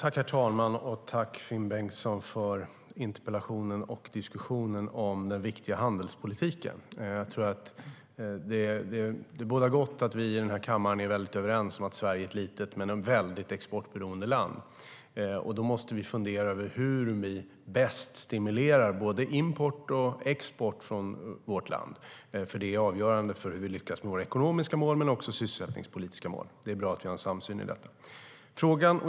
Herr talman! Tack, Finn Bengtsson, för interpellationen och diskussionen om den viktiga handelspolitiken! Det bådar gott att vi i denna kammare är överens om att Sverige är ett litet och väldigt exportberoende land. Då måste vi fundera på hur vi bäst stimulerar både import till och export från vårt land. Det är avgörande för hur vi lyckas med våra ekonomiska mål men även våra sysselsättningspolitiska mål. Det är bra att vi har en samsyn i detta.